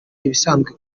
ibisanzwe